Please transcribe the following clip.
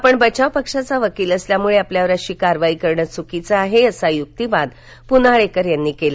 आपण बचाव पक्षाचा वकील असल्यामुळे आपल्यावर अशी कारवाई करणं चुकीचं आहे असा युक्तिवाद पुनाळेकर यांनी केला